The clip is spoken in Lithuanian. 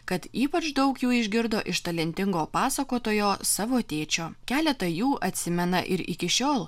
kad ypač daug jų išgirdo iš talentingo pasakotojo savo tėčio keletą jų atsimena ir iki šiol